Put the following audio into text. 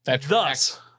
Thus